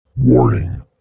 Warning